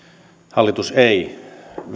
hallitus ei